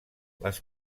les